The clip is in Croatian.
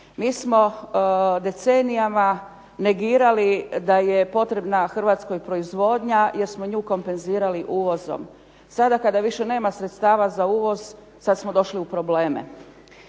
Mi smo decenijama negirali da je potrebna Hrvatskoj proizvodnja jer smo nju kompenzirali uvozom. Sada kada više nemam sredstava za uvoz sad smo došli u probleme.